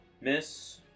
Miss